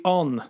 on